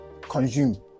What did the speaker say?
consume